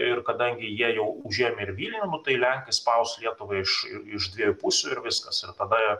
ir kadangi jie jau užėmę ir vilnių nu tai lenkai spaus lietuvą iš iš dviejų pusių ir viskas ir tada